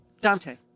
Dante